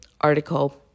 article